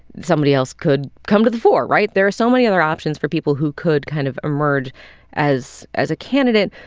somebody else could come to the fore, right? there are so many other options for people who could kind of emerge as as a candidate.